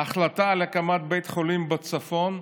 ההחלטה על הקמת בית חולים בצפון,